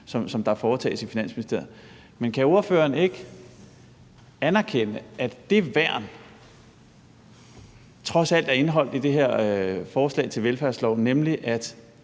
som der foretages i Finansministeriet. Men kan ordføreren ikke anerkende, at det værn trods alt er indeholdt i det her forslag til velfærdslov, nemlig at